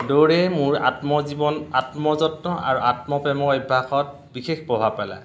দৌৰে মোৰ আত্মজীৱন আত্মযত্ন আৰু আত্মপ্ৰেমৰ অভ্যাসত বিশেষ প্ৰভাৱ পেলায়